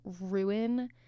ruin